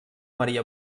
maria